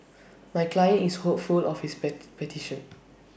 my client is hopeful of his petition